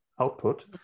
output